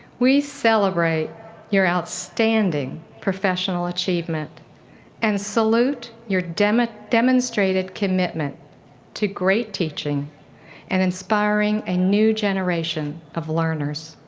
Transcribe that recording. we celebrate your outstanding professional achievement and salute your demonstrated demonstrated commitment to great teaching and inspiring a new generation of learners.